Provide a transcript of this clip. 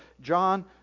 John